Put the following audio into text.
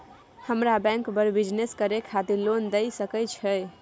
हमरा बैंक बर बिजनेस करे खातिर लोन दय सके छै?